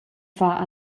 far